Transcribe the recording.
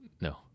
no